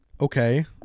Okay